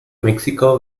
mexico